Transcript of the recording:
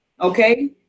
okay